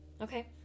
Okay